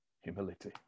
Humility